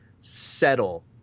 settle